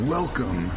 Welcome